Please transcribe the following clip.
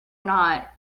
not